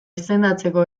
izendatzeko